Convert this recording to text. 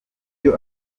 byo